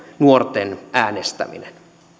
nuorten äänestäminen